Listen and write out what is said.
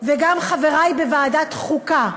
וגם לחברי בוועדת החוקה,